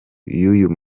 y’uyu